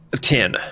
Ten